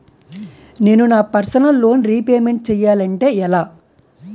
నేను నా personal loan repayment చేయాలంటే ఎలా?